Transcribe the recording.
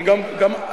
אבל גם,